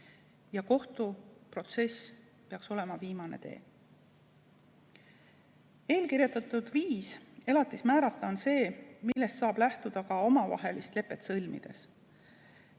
Kohtuprotsess peaks olema viimane tee. Eelkirjeldatud viis elatist määrata on see, millest saab lähtuda ka omavahelist lepet sõlmides.